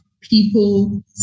people